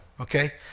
okay